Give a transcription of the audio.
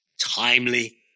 Timely